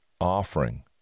offering